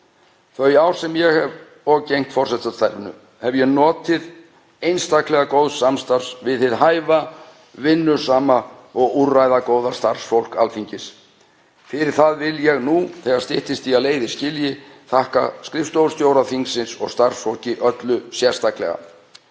Þau ár sem ég hef gegnt forsetastarfinu hef ég notið einstaklega góðs samstarfs við hið hæfa, vinnusama og úrræðagóða starfsfólk Alþingis. Fyrir það vil ég nú, þegar styttist í að leiðir skilji, þakka skrifstofustjóra þingsins og starfsfólki öllu sérstaklega.